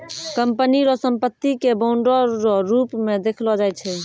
company रो संपत्ति के बांडो रो रूप मे देखलो जाय छै